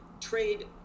trade